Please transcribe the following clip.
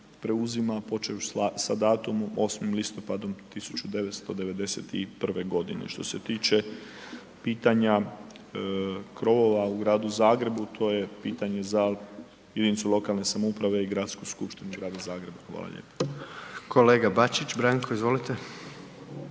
preuzima počev sa datumom 8.10.1991.g. Što se tiče pitanja krovova u Gradu Zagrebu, to je pitanje za jedinicu lokalne samouprave i Gradsku skupštinu Grada Zagreba, hvala lijepa. **Jandroković,